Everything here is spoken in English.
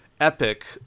epic